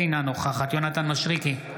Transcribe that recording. אינה נוכחת יונתן מישרקי,